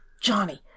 Johnny